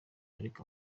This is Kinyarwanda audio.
kuko